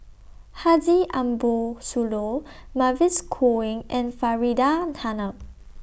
Haji Ambo Sooloh Mavis Khoo Oei and Faridah Hanum